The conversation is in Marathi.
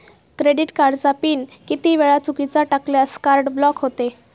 क्रेडिट कार्डचा पिन किती वेळा चुकीचा टाकल्यास कार्ड ब्लॉक होते?